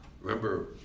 Remember